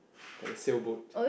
like a sailboat